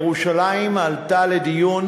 ירושלים עלתה לדיון